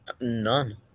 none